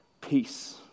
peace